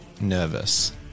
nervous